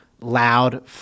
loud